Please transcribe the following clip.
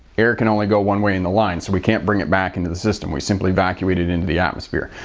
air can only go one way in the line, so we can't bring it back into the system we simply evacuate it into the atmosphere.